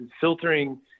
filtering